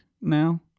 now